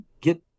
get